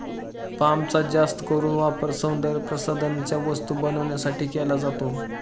पामचा जास्त करून वापर सौंदर्यप्रसाधनांच्या वस्तू बनवण्यासाठी केला जातो